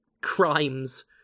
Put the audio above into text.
crimes